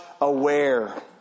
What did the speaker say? aware